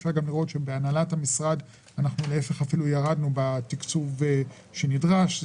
אפשר להגיד שבהנהלת המשרד ירדנו בתקצוב שנדרש.